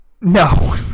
No